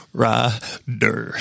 rider